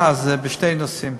דקה, בשני נושאים.